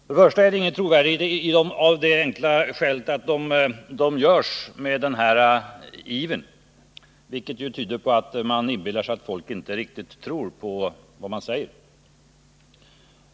För det första är det väldigt med vilken iver dessa bedyranden görs — tror man inte att folk riktigt litar på partiet?